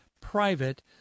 private